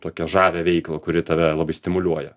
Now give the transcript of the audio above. tokią žavią veiklą kuri tave labai stimuliuoja